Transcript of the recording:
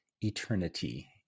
eternity